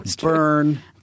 Burn